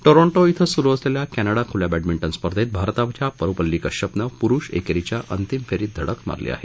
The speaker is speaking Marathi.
टोरोंटो इथं सुरू असलेल्या क्नीडा खुल्या बद्धींंंंन स्पर्धेत भारताच्या परुपल्ली कश्यपनं पुरुष एकेरीच्या अंतिम फेरीत धडक मारली आहे